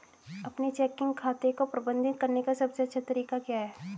अपने चेकिंग खाते को प्रबंधित करने का सबसे अच्छा तरीका क्या है?